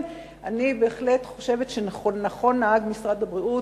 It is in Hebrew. אני בהחלט חושבת שנכון נהג משרד הבריאות,